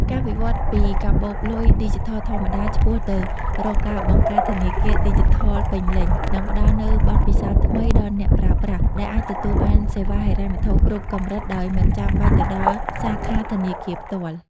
ការវិវត្តពីកាបូបលុយឌីជីថលធម្មតា ឆ្ពោះទៅរកការបង្កើតធនាគារឌីជីថលពេញលេញ នឹងផ្ដល់នូវបទពិសោធន៍ថ្មីដល់អ្នកប្រើប្រាស់ ដែលអាចទទួលបានសេវាហិរញ្ញវត្ថុគ្រប់កម្រិតដោយមិនចាំបាច់ទៅដល់សាខាធនាគារផ្ទាល់។